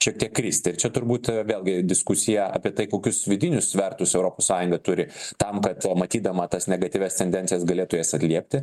šiek tiek kristi ir čia turbūt vėlgi diskusija apie tai kokius vidinius svertus europos sąjunga turi tam kad matydama tas negatyvias tendencijas galėtų jas atliepti